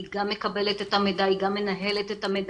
היא גם מקבלת את המידע, היא גם מנהלת את המידע.